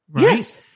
Yes